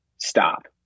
Stop